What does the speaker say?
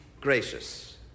gracious